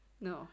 No